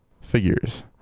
Figures